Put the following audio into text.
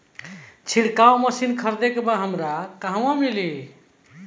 छिरकाव मशिन हमरा खरीदे के बा कहवा मिली?